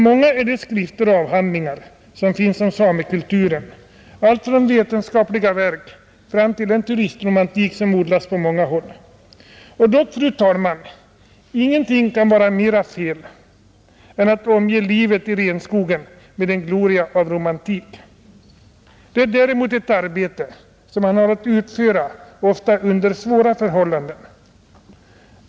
Många är de skrifter och avhandlingar som finns om samekulturen, allt från vetenskapliga verk till den turistromantik som odlas på många håll. Och dock, fru talman, kan ingenting vara mera fel än att omge livet i renskogen med en gloria av romantik. Det är ett arbete som man har att utföra, ofta under svåra förhållanden.